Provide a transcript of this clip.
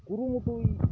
ᱠᱩᱨᱩᱢᱩᱴᱩᱭ